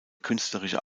künstlerische